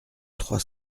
trois